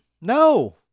No